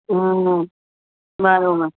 હં હં બરાબર